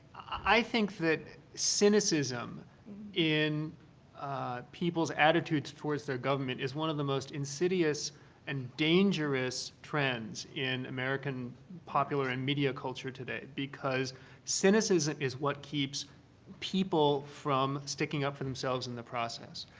i think that cynicism in people's attitudes towards their government is one of the most insidious and dangerous trends in american popular and media culture today, because cynicism is what keeps people from sticking up for themselves in the process.